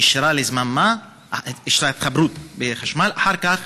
אישרה התחברות בחשמל לזמן מה, אחר כך